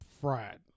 fried